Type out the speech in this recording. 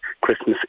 Christmas